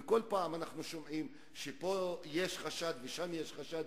וכל פעם אנחנו שומעים שפה יש חשד ושם יש חשד,